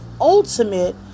ultimate